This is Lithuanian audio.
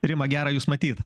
rima gera jūs matyt